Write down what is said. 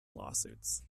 lawsuits